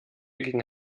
gegen